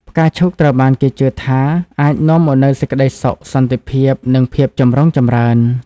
ផ្កាឈូកត្រូវបានគេជឿថាអាចនាំមកនូវសេចក្តីសុខ សន្តិភាព និងភាពចម្រុងចម្រើន។